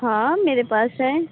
हाँ मेरे पास है